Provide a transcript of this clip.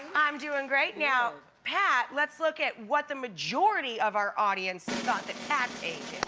i'm doing great now. pat let's look at what the majority of our audience thought that pat's age